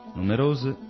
numerose